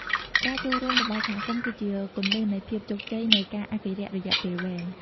ការចូលរួមរបស់សហគមន៍គឺជាគន្លឹះនៃភាពជោគជ័យនៃការអភិរក្សរយៈពេលវែង។